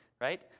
right